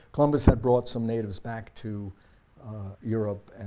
columbus had brought some natives back to europe,